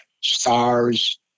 stars